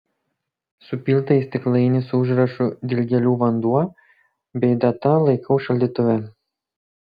supiltą į stiklainį su užrašu dilgėlių vanduo bei data laikau šaldytuve